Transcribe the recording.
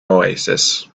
oasis